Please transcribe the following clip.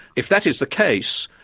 if that is the case,